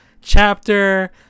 chapter